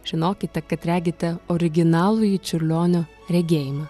žinokite kad regite originalųjį čiurlionio regėjimą